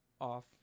off